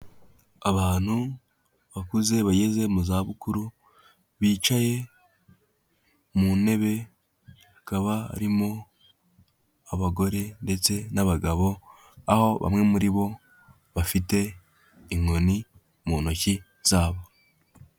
Abantu bakuze bageze mu zabukuru, bicaye mu ntebe, hakaba harimo abagore ndetse n'abagabo, aho bamwe muri bo bafite inkoni mu ntoki zabo.